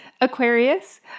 Aquarius